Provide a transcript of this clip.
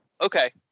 Okay